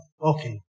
okay